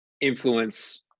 influence